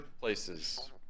places